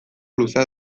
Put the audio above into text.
luzeak